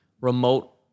remote